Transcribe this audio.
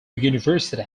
university